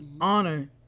honor